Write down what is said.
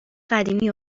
قدیمی